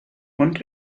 und